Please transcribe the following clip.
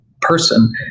person